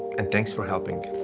and thanks for helping.